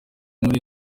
muri